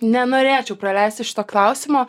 nenorėčiau praleisti šito klausimo